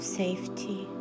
safety